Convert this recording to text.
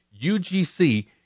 UGC